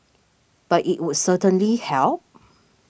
but it would certainly help